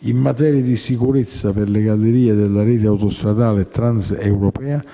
in materia di sicurezza per le gallerie della rete autostradale transeuropea,